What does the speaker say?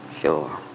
Sure